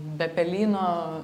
be pelyno